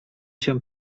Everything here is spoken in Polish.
się